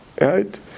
right